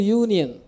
union